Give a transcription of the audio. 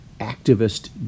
activist